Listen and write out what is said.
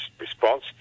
response